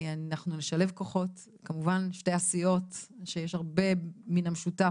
אנחנו נשלב כוחות משתי הסיעות כמובן שיש הרבה ממשותף